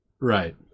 Right